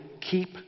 keep